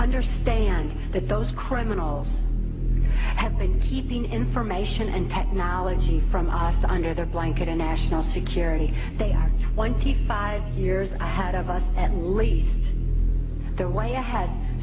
understand that those criminals have been information and technology from us under their blanket in national security they are twenty five years ahead of us at least they're way ahead